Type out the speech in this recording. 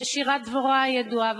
ושירת דבורה הידועה,